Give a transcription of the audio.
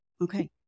Okay